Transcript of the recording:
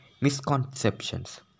misconceptions